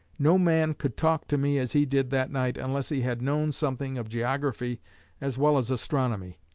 no man could talk to me as he did that night unless he had known something of geography as well as astronomy.